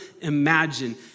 imagine